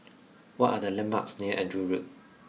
what are the landmarks near Andrew Road